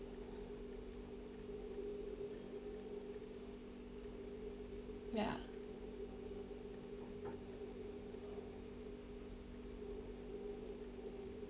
ya